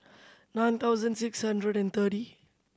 nine thousand six hundred and thirty